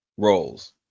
Roles